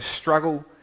struggle